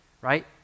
right